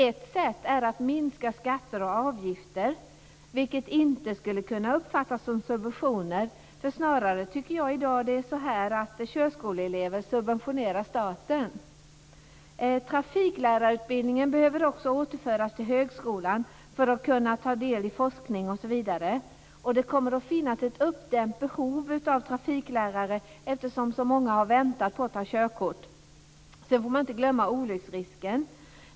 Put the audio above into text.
Ett annat sätt är att minska skatter och avgifter, vilket inte skulle kunna uppfattas som subventioner. Snarare är det i dag så, tycker jag, att körskoleelever subventionerar staten. Vidare behöver trafiklärarutbildningen återföras till högskolan; detta för att man skall kunna delta i forskning osv. Det kommer att finnas ett uppdämt behov av trafiklärare eftersom så många har väntat på att ta körkort. Man får heller inte glömma olycksrisken.